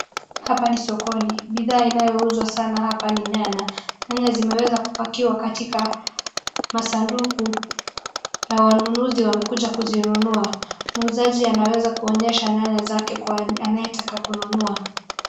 Hapa ni sokoni, bidhaa inayouzwa sana hapa ni nyanya, nyanya zimeweza kupakiwa katika masanduku na wanunuzi wamekuja kuzinunua, muuzaji anaweza kuonyesha nyanya zake kwa anaye taka kununua.